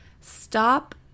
stop